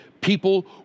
people